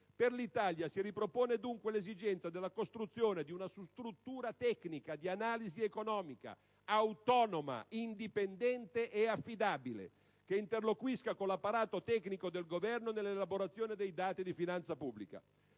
Per l'Italia, si ripropone dunque l'esigenza della costruzione di una struttura tecnica di analisi economica autonoma, indipendente ed affidabile, che interloquisca con l'apparato tecnico del Governo nell'elaborazione dei dati della finanza pubblica.